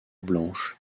blanche